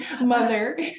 mother